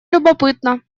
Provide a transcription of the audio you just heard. любопытно